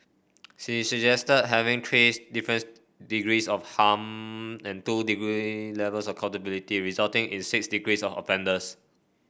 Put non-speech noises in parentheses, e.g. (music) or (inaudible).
she suggested having three (unintelligible) different degrees of harm and two degree levels of culpability resulting in six degrees of offenders